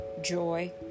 joy